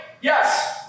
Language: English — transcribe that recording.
Yes